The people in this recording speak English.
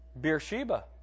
Beersheba